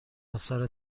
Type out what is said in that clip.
آثار